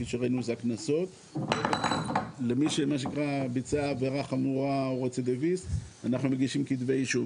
או למי שביצע עבירה חמורה אנחנו מגישים כתבי אישום,